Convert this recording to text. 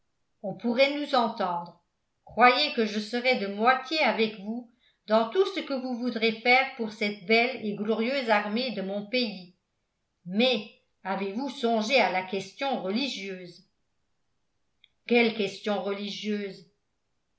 on pourrait nous entendre croyez que je serai de moitié avec vous dans tout ce que vous voudrez faire pour cette belle et glorieuse armée de mon pays mais avez-vous songé à la question religieuse quelle question religieuse